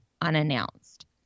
unannounced